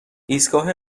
ایستگاه